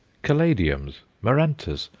calladiums, marantas,